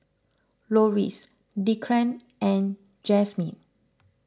Loris Declan and Jazmine